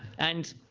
and